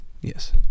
yes